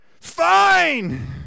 fine